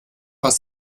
was